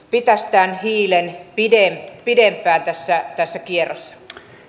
pitäisi tämän hiilen pidempään pidempään tässä tässä kierrossa